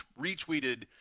retweeted